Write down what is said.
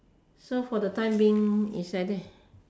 so for the time being is like that